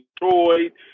Detroit